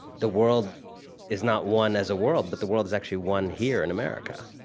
the world is not one as a world, but the world is actually one here, in america.